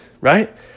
right